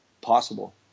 possible